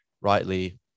rightly